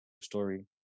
story